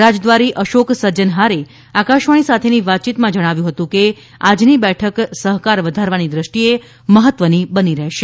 રાજદ્વારી અશોક સજ્જન હારે આકાશવાણી સાથેની વાતચીતમાં જણાવ્યું હતું કે આજની બેઠક સહકાર વધારવાની દ્રષ્ટિએ મહત્વની બની રહેશે